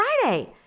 Friday